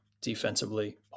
defensively